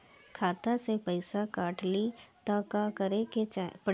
खाता से पैसा काट ली त का करे के पड़ी?